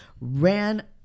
ran